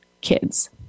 kids